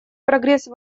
прогресса